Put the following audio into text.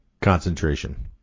concentration